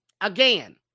Again